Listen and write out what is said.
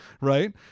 right